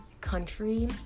country